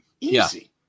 Easy